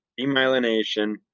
demyelination